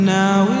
now